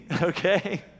okay